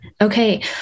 Okay